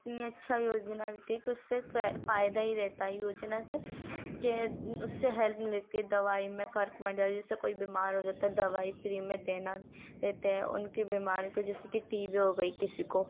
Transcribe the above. اتنا اچھا یوجنا دیتی ہے کہ اس سے فائدہ ہی رہتا ہے یوجنا سے کہ اس سے ہیلپ ملتی ہے دوائی میں جیسے کوئی بیمار ہو جاتا ہے دوائی فری میں دینا دیتے ہیں ان کی بیماری کو جیسے کہ ٹی بی ہو گئی کسی کو